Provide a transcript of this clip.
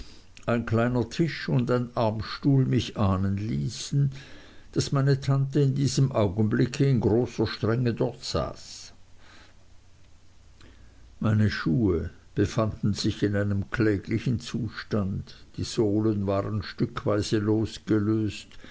ein kleiner tisch und ein armstuhl mich ahnen ließen daß meine tante in diesem augenblick in großer strenge dort saß meine schuhe befanden sich in einem kläglichen zustand die sohlen waren stückweise losgelöst